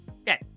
Okay